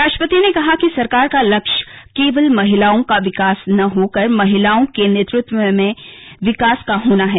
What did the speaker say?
राष्ट्रपति ने कहा कि सरकार का लक्ष्य केवल महिलाओं का विकास न होकर महिलाओं के नेतृत्व में विकास का होना है